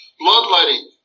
bloodletting